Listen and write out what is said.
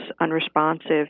unresponsive